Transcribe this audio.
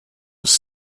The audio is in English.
was